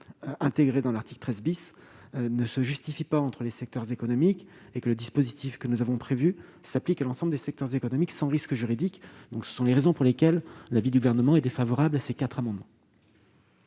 intégrée dans l'article 13, ne se justifie pas entre les secteurs économiques. Le dispositif que nous avons prévu s'applique à l'ensemble des secteurs économiques sans risque juridique. Pour toutes ces raisons, le Gouvernement est défavorable à ces quatre amendements.